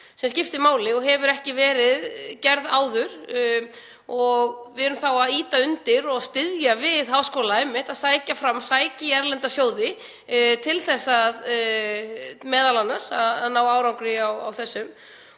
sem skiptir máli og hefur ekki verið gert áður. Við erum þá að ýta undir og styðja við háskóla einmitt að sækja fram, sækja í erlenda sjóði til þess m.a. að ná árangri í þessu.